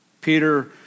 Peter